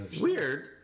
Weird